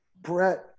Brett